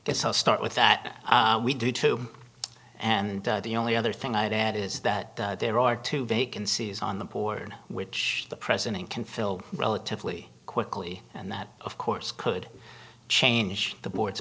i guess i'll start with that we do too and the only other thing i'd add is that there are two vacancies on the board which the president can fill relatively quickly and that of course could change the board